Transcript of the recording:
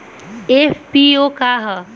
FPO का ह?